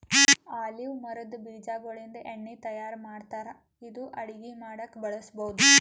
olive ಮರದ್ ಬೀಜಾಗೋಳಿಂದ ಎಣ್ಣಿ ತಯಾರ್ ಮಾಡ್ತಾರ್ ಇದು ಅಡಗಿ ಮಾಡಕ್ಕ್ ಬಳಸ್ಬಹುದ್